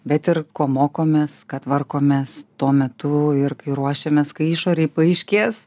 bet ir ko mokomės ką tvarkomės tuo metu ir kai ruošiamės kai išorėj paaiškės